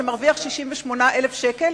שמרוויח 68,000 שקל,